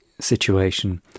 situation